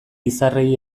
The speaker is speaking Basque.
izarrei